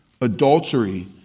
adultery